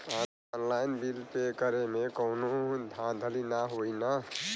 Online bill pay करे में कौनो धांधली ना होई ना?